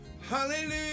Hallelujah